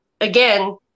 again